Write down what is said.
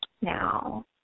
now